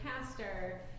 pastor